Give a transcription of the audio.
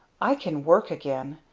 i can work again!